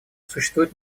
существует